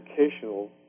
educational